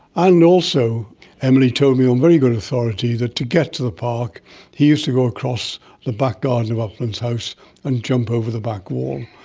and also emily told me on very good authority that to get to the park he used to go across the back garden of uplands house and jump over the back wall.